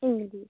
Hindi